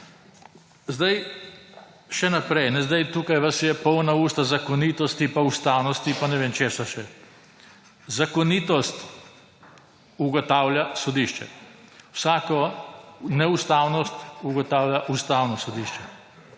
Zdaj, še naprej. Zdaj tukaj vas je polna usta zakonitosti in ustavnost in ne vem česa še. Zakonitost ugotavlja sodišče. Vsako neustavnost ugotavlja ustavno sodišče.